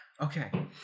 okay